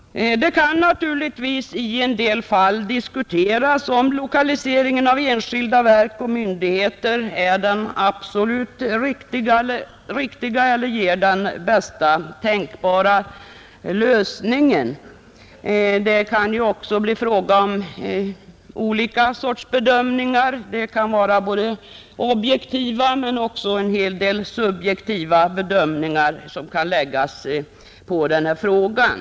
Det kan naturligtvis i en del fall diskuteras om lokaliseringen av enskilda verk och myndigheter är den absolut riktiga eller ger den bästa tänkbara lösningen. Det kan också bli olika sorters bedömningar; både objektiva och en hel del subjektiva bedömningar kan läggas på den här frågan.